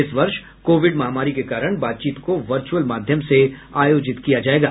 इस वर्ष कोविड महामारी के कारण बातचीत को वर्च्यअल माध्यम से आयोजित किया जाएगा